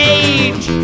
age